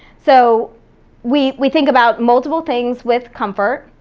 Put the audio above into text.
so we we think about multiple things with comfort.